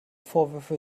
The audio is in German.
vorwürfe